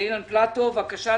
אילן פלטו, בבקשה.